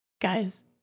guys